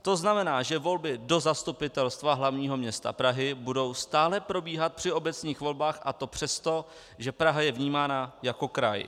To znamená, že volby do Zastupitelstva hlavního města Prahy budou stále probíhat při obecních volbách, a to přesto, že Praha je vnímána jako kraj.